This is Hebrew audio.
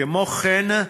כמו כן,